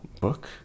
book